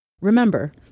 Remember